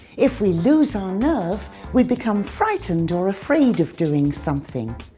if we lose our nerve we become frightened or afraid of doing something.